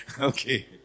Okay